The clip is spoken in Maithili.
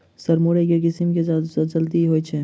सर मुरई केँ किसिम केँ सबसँ जल्दी होइ छै?